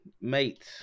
mate